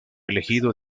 elegido